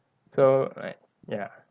so like ya